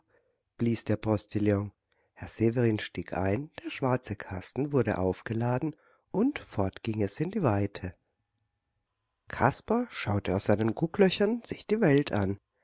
blies der postillion herr severin stieg ein der schwarze kasten wurde aufgeladen und fort ging es in die weite kasper schaute aus seinen gucklöchern sich die welt an